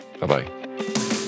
Bye-bye